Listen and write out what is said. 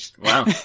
Wow